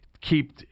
keep